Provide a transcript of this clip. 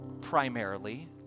primarily